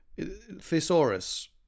thesaurus